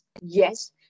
yes